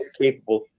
capable